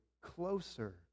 closer